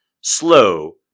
Slow